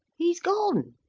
he's gone!